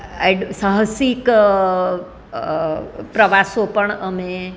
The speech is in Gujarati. એડ સાહસિક પ્રવાસો પણ અમે